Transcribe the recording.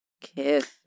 kiss